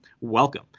Welcome